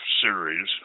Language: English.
series